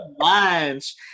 lunch